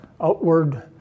outward